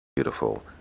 beautiful